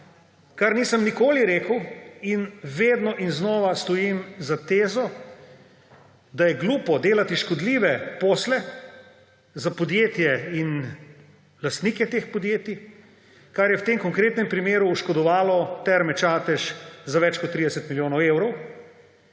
česar nisem nikoli rekel in vedno in znova stojim za tezo, da je glupo delati škodljive posle za podjetja in lastnike teh podjetij, kar je v tem konkretnem primeru oškodovalo Terme Čatež za več kot 30 milijonov evrov.